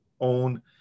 own